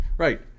Right